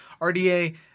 RDA